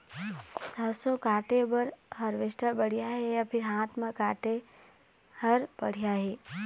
सरसों काटे बर हारवेस्टर बढ़िया हे या फिर हाथ म काटे हर बढ़िया ये?